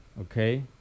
okay